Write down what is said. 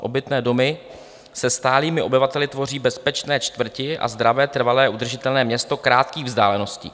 Obytné domy se stálými obyvateli tvoří bezpečné čtvrti a zdravé, trvale udržitelné město krátkých vzdáleností.